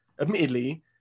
admittedly